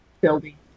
Building